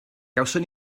gawson